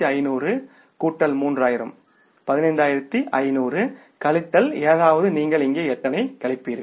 12500 கூட்டல் 3000 15500 கழித்தல் அதாவது நீங்கள் இங்கே எவ்வளவு கழிப்பீர்கள்